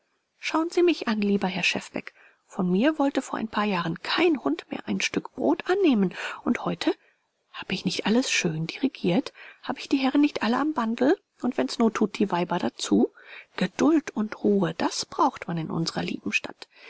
schauen sie mich an lieber herr schefbeck von mir wollte vor ein paar jahren kein hund mehr ein stück brot annehmen und heute hab ich nicht alles schön dirigiert hab ich die herren nicht alle am bandl und wenn's nottut die weiber dazu geduld und ruhe das braucht man in unserer lieben stadt